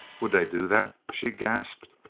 would they do that? she gasped.